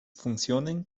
funktionen